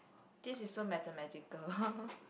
this is so mathematical